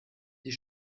die